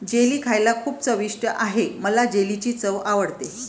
jelly खायला खूप चविष्ट आहे मला जेलीची चव आवडते